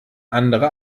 andere